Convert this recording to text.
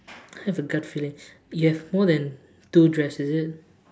I have a gut feeling you have more then two dress is it